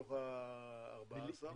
מתוך ה-14.